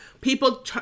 people